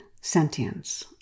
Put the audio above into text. sentience